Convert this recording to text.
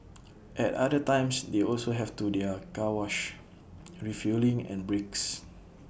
at other times they also have to do their car wash refuelling and breaks